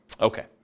Okay